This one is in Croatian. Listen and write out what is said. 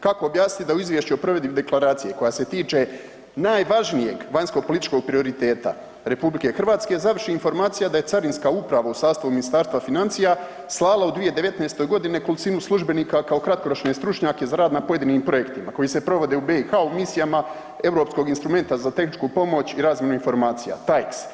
Kako objasnit da u izvješću o provedbi deklaraciji koja se tiče najvažnijeg vanjsko političkog prioriteta RH završi informacija da je carinska uprava u sastavu Ministarstva financija slala u 2019.g. nekolicinu službenika kao kratkoročne stručnjake za rad na pojedinim projektima koji se provode u BiH u misijama Europskog instrumenta za tehničku pomoć i razmjenu informacija, taiex.